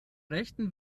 rechten